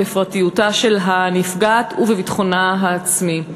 בפרטיותה של הנפגעת ובביטחונה העצמי,